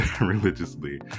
religiously